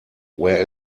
where